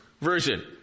version